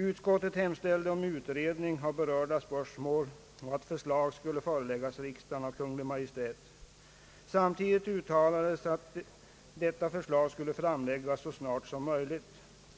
Utskottet hemställde om utredning av berörda spörsmål och att förslag skulle föreläggas riksdagen av Kungl. Maj:t. Samtidigt uttalades att detta förslag skulle framläggas så snart som möjligt.